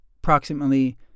approximately